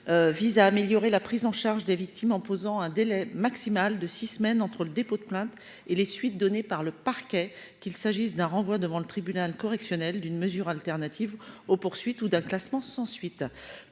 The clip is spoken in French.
vise à améliorer la prise en charge des victimes en posant un délai maximal de six semaines entre le dépôt de plainte et les suites données par le parquet, qu'il s'agisse d'un renvoi devant le tribunal correctionnel d'une mesure alternative aux poursuites ou d'un classement sans suite,